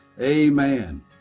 Amen